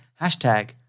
Hashtag